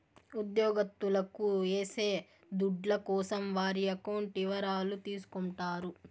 ఉద్యోగత్తులకు ఏసే దుడ్ల కోసం వారి అకౌంట్ ఇవరాలు తీసుకుంటారు